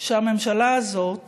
שהממשלה הזאת